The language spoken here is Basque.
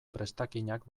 prestakinak